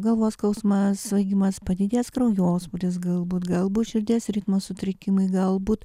galvos skausmas svaigimas padidėjęs kraujospūdis galbūt galbūt širdies ritmo sutrikimai galbūt